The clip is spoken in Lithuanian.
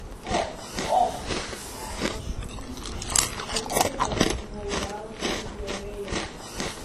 o och jos šūksnis išreiškė šiurkštų beveik vulgarų pasibjaurėjimą